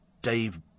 Dave